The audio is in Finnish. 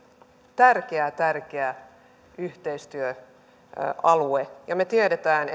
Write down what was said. tärkeä tärkeä yhteistyöalue ja me tiedämme